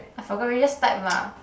I forgot already just type lah